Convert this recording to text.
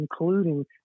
including